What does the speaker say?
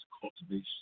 cultivation